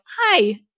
hi